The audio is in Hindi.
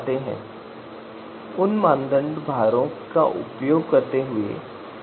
हमारे पास विकल्प होंगे इसलिए इस मामले में टॉपसिस के गणित की व्याख्या करने के लिए हम विकल्पों को a 1 से n के रूप में लेंगे